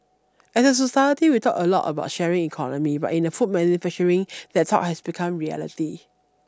as a society we talk a lot about sharing economy but in the food manufacturing that talk has become reality